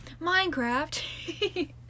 Minecraft